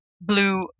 blue